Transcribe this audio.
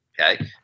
okay